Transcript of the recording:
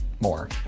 more